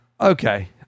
okay